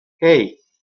hey